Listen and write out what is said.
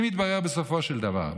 אם יתברר בסופו של דבר,